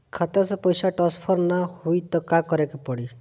खाता से पैसा टॉसफर ना होई त का करे के पड़ी?